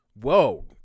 whoa